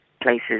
places